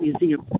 museum